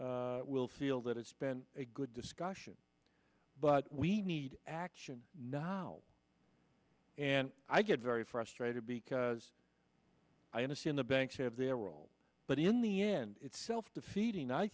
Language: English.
will feel that it's been a good discussion but we need action know how and i get very frustrated because i understand the banks have their role but in the end it's self defeating i